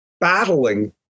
battling